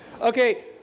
Okay